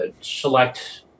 select